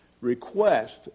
request